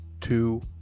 two